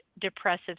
depressive